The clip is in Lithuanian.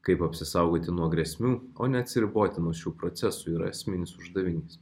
kaip apsisaugoti nuo grėsmių o neatsiriboti nuo šių procesų yra esminis uždavinys